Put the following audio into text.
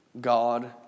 God